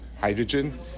hydrogen